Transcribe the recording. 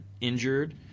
injured